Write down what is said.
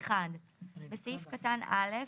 (1)בסעיף קטן (א),